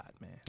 man